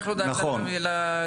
איך לא דאגת לגיל השלישי?